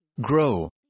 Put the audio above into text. Grow